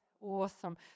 awesome